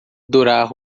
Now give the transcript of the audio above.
durar